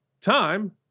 time